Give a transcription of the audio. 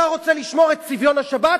אתה רוצה לשמור את צביון השבת?